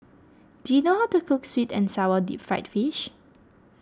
do you know how to cook Sweet and Sour Deep Fried Fish